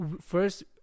first